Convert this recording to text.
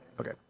Okay